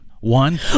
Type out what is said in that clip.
one